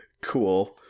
Cool